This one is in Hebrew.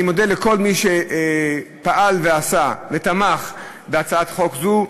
אני מודה לכל מי שפעל ועשה ותמך בהצעת חוק זו.